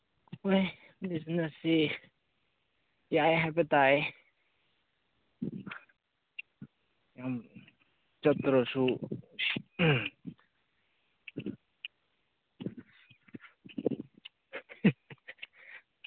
ꯍꯣꯏ ꯕꯤꯖꯤꯅꯦꯁꯁꯤ ꯌꯥꯏ ꯍꯥꯏꯕ ꯇꯥꯏ ꯌꯥꯝ ꯆꯠꯇ꯭ꯔꯁꯨ